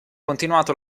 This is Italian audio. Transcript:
continuato